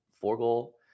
four-goal